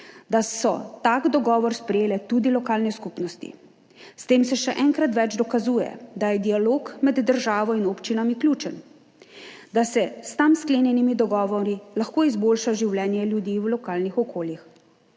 da so tak dogovor sprejele tudi lokalne skupnosti. S tem se še enkrat več dokazuje, da je dialog med državo in občinami ključen, da se s tam sklenjenimi dogovori lahko izboljša življenje ljudi v lokalnih okoljih.